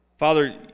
Father